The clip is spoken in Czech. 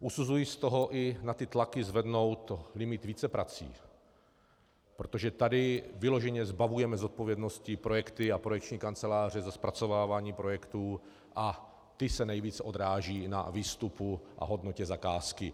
Usuzuji z toho i na ty tlaky zvednout limit víceprací, protože tady vyloženě zbavujeme zodpovědnosti projekty a projekční kanceláře za zpracovávání projektů, a ty se nejvíce odrážejí na výstupu a hodnotě zakázky.